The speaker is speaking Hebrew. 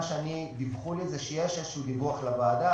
נאמר לי שיש איזה דיווח לוועדה.